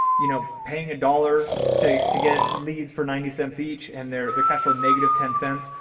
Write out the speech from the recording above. you know, paying a dollar to to get leads for ninety cents each and they're, they're cashflow negative ten cents.